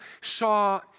saw